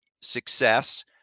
success